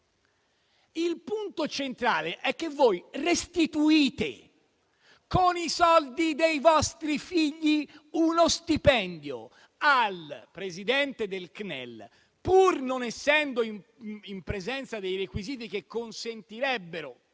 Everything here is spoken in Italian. Il punto centrale è che voi restituite, con i soldi dei vostri figli, uno stipendio al presidente del CNEL, pur non essendo in presenza dei requisiti che consentirebbero